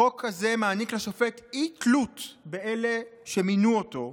החוק הזה מעניק לשופט אי-תלות באלה שמינו אותו,